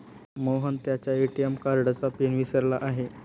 मोहन त्याच्या ए.टी.एम कार्डचा पिन विसरला आहे